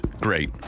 great